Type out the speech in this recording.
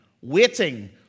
waiting